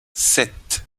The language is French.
sept